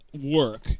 work